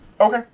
Okay